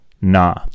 Nah